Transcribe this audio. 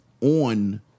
on